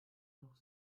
noch